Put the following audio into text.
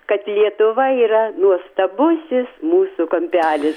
kad lietuva yra nuostabusis mūsų kampelis